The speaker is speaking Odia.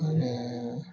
ମାନେ